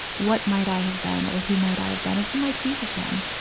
what might i have been or who might i have better? who might he have been,